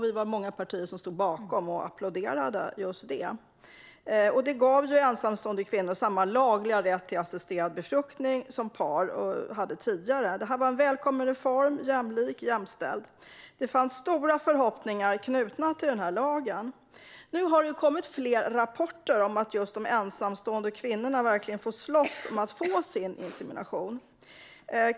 Det var många partier som stod bakom och applåderade just det. Det gav ensamstående kvinnor samma lagliga rätt till assisterad befruktning som par hade tidigare. Det var en välkommen reform som var jämlik och jämställd. Det fanns stora förhoppningar knutna till lagen. Nu har det kommit fler rapporter om att just de ensamstående kvinnorna får slåss om att få sin insemination.